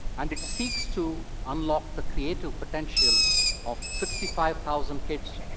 and it seeks to unlock the creative potential of sixty five thousand kids,